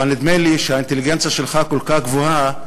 אבל נדמה לי שהאינטליגנציה שלך כל כך גבוהה,